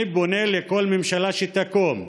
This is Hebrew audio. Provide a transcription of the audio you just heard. אני פונה לכל ממשלה שתקום,